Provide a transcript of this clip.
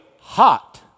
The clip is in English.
hot